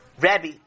Rabbi